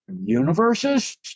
universes